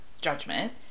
Judgment